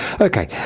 Okay